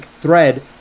thread